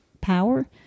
power